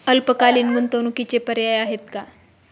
अल्पकालीन गुंतवणूकीचे पर्याय आहेत का?